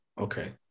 Okay